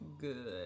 good